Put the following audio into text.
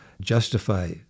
justify